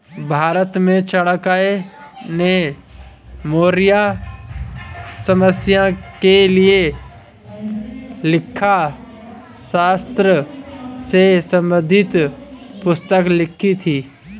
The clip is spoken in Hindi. भारत में चाणक्य ने मौर्य साम्राज्य के लिए लेखा शास्त्र से संबंधित पुस्तक लिखी थी